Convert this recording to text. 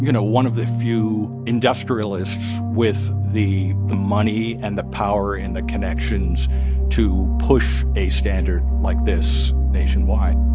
you know, one of the few industrialists with the the money and the power and the connections to push a standard like this nationwide